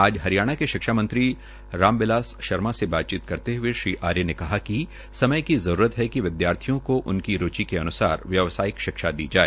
आज हरियाणा के शिक्षा मंत्री श्री राम बिलास शर्मा से बातचीत करते हए कहा कि श्री आर्य ने समय की जरूरत है विद्यार्थियों को उनकी रूचि अन्सार व्यवसायिक शिक्षा दी जाए